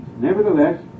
Nevertheless